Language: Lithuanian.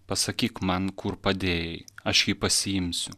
pasakyk man kur padėjai aš jį pasiimsiu